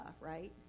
right